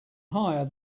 higher